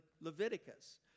Leviticus